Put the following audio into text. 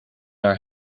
daar